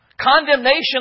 Condemnation